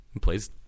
plays